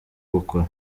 gukora